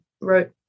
wrote